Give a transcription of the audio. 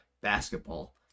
basketball